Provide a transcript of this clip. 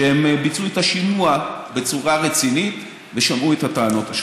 שהם ביצעו את השימוע בצורה רצינית ושמעו את הטענות.